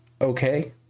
okay